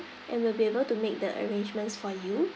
and we'll be able to make the arrangements for you